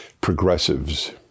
progressives